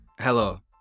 Hello